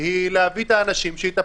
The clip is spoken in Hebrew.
זה היה בבסיס הדיון ביום חמישי-שישי.